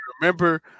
remember